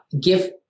give